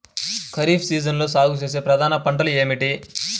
ఖరీఫ్ సీజన్లో సాగుచేసే ప్రధాన పంటలు ఏమిటీ?